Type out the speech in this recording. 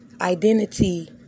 identity